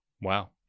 wow